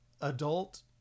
adult